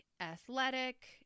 athletic